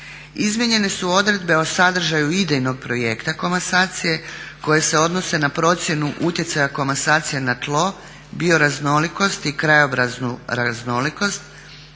Izmijenjene su odredbe o sadržaju idejnog projekta komasacije koje se odnose na procjenu utjecaja komasacije na tlo bioraznolikosti i krajobraznu raznolikost